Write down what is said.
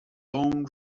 own